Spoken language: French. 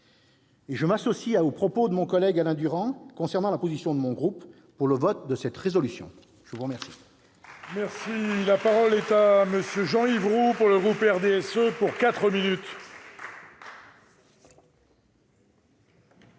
je m'associe aux propos de mon collègue Alain Duran concernant la position de mon groupe pour le vote de cette proposition de résolution.